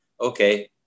Okay